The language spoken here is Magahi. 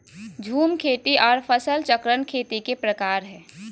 झूम खेती आर फसल चक्रण खेती के प्रकार हय